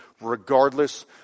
regardless